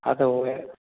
हा त उहे